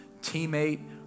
teammate